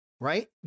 Right